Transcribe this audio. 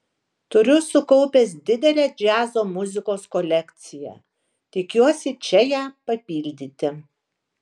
turiu sukaupęs didelę džiazo muzikos kolekciją tikiuosi čia ją papildyti